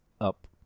up